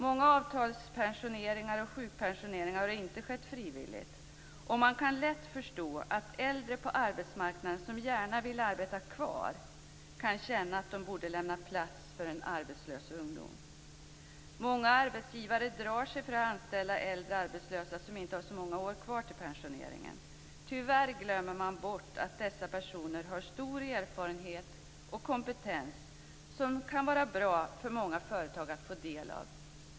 Många avtalspensioneringar och sjukpensioneringar har inte skett frivilligt, och man kan lätt förstå att äldre på arbetsmarknaden som gärna vill arbeta kvar kan känna att de borde lämna plats för en arbetslös ungdom. Många arbetsgivare drar sig för att anställa äldre arbetslösa som inte har så många år kvar till pensioneringen. Tyvärr glömmer man bort att dessa personer har stor erfarenhet och kompetens, som det kan vara bra för många företag att få del av.